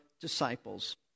disciples